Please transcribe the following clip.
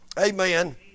Amen